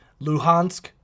Luhansk